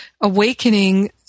awakening